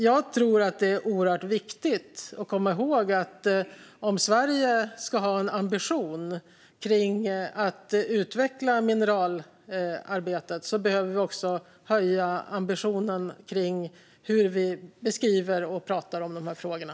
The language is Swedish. Jag tror att det är oerhört viktigt att komma ihåg att om Sverige ska ha en ambition att utveckla mineralarbetet behöver vi också höja ambitionen när det gäller hur vi beskriver och pratar om de här frågorna.